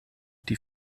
die